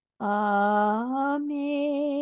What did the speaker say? Amen